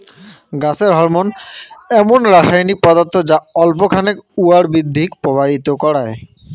গছের হরমোন এমুন রাসায়নিক পদার্থ যা অল্প খানেক উয়ার বৃদ্ধিক প্রভাবিত করায়